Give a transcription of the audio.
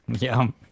yum